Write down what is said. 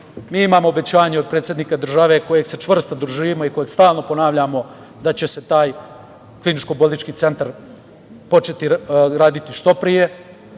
Mi imamo obećanje od predsednika države kojeg se čvrstom držimo i koje stalno ponavljamo, da će se taj kliničko bolnički centar početi raditi što pre.